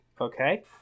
Okay